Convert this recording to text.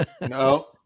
No